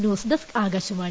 news desk Akashvani